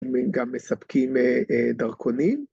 ‫גם מספקים דרכונים?